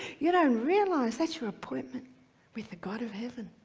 you don't realize that's your appointment with the god of heaven.